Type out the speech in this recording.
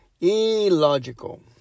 Illogical